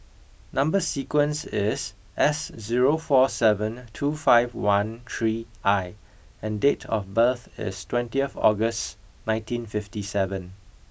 number sequence is S zero four seven two five one three I and date of birth is twentieth August nineteen fifty seven